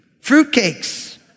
Fruitcakes